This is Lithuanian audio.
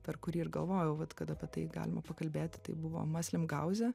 per kurį ir galvojau vat kad apie tai galima pakalbėti tai buvo maslim gauzė